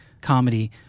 comedy